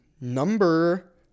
Number